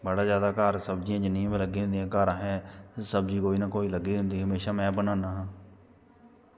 बड़ा जैदा घर बड़ी सब्ज़ियां लग्गी दियां होंदियां असें ते सब्ज़ी कोई ना कोई लब्भी जंदी म्हेशां में बनान्ना